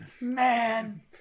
Man